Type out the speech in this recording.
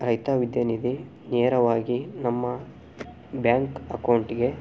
ರೈತ ವಿದ್ಯಾನಿಧಿ ನೇರವಾಗಿ ನಮ್ಮ ಬ್ಯಾಂಕ್ ಅಕೌಂಟಿಗೆ